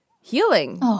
healing